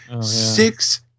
six